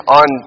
on